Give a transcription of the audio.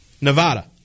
Nevada